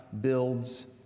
builds